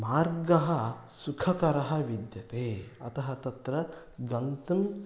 मार्गः सुखकरः विद्यते अतः तत्र गन्तुम्